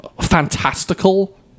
fantastical